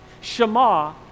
Shema